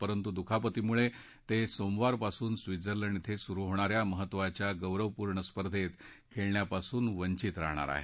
परंतु दुखापतीमुळे ते सोमवार पासून स्वित्झर्लंड ॐ सुरु होणाऱ्या महत्वाच्या गौरवपूर्ण स्पर्धेत खेळण्यापासून वंचित राहणार आहेत